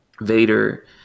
Vader